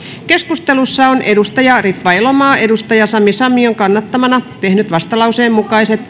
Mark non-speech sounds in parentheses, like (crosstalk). keskustelussa on ritva elomaa sami savion kannattamana tehnyt vastalauseen mukaiset (unintelligible)